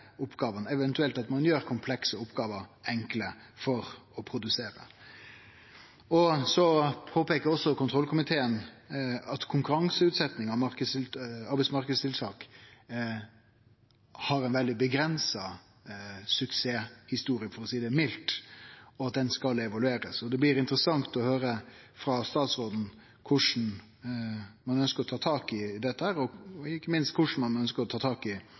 oppgåvene som blir prioriterte – eventuelt at ein gjer komplekse oppgåver enkle for å produsere. Kontrollkomiteen påpeikar også at konkurranseutsetjing av arbeidsmarknadstiltak har ei veldig avgrensa suksesshistorie, for å seie det mildt, og at det skal evaluerast. Det blir interessant å høyre frå statsråden korleis ein ynskjer å ta tak i dette, og ikkje minst korleis ein ynskjer å ta tak i